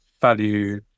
value